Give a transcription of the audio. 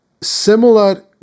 similar